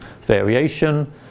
variation